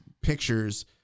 pictures